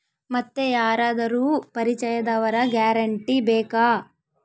ಮತ್ತೆ ಯಾರಾದರೂ ಪರಿಚಯದವರ ಗ್ಯಾರಂಟಿ ಬೇಕಾ?